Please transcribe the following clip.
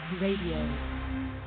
Radio